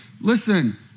listen